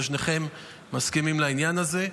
ושניכם מסכימים לעניין הזה.